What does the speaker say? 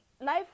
life